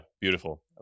beautiful